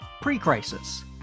pre-crisis